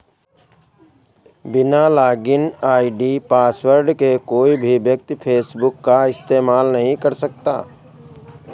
बिना login ID password के कोई भी व्यक्ति फेसबुक का इस्तेमाल नहीं कर सकता